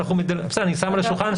אני שם את זה על השולחן,